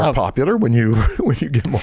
ah popular when you when you get more